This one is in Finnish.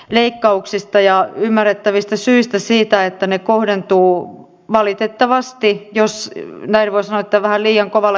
leikkauksista ja ymmärrettävistä syistä siitä että ne kohdentuu valitettavasti alan toimijoilla on se että vähän liian kovalla